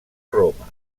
roma